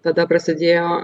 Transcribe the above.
tada prasidėjo